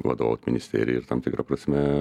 vadovaut ministerijai ir tam tikra prasme